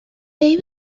they